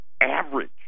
average